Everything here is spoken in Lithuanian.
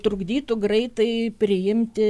trukdytų greitai priimti